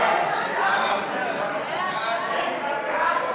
השר ואומר: רבותי, תנו לי זמן.